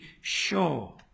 sure